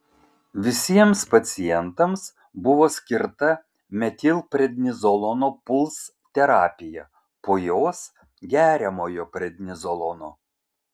visiems pacientams buvo skirta metilprednizolono puls terapija po jos geriamojo prednizolono